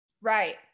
Right